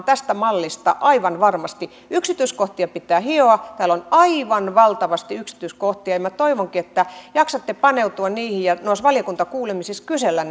tästä mallista aivan varmasti yksityiskohtia pitää hioa täällä on aivan valtavasti yksityiskohtia ja minä toivonkin että jaksatte paneutua niihin ja noissa valiokuntakuulemisissa kysellä